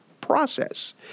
process